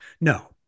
No